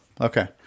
Okay